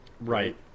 Right